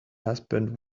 husband